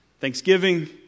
thanksgiving